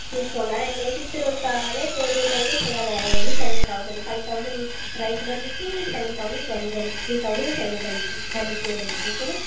తీసుకోండి May fifth రోజు కావాలి పేమెంట్ అయితే చేయాలి అదే రోజు seven thousand five thousand rice గంజుకి సెవెన్ థౌజండ్ కర్రీ గంజు త్రీ థౌజండ్ గంజు కర్రీ గంజుకి ఓకేనా